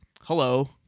hello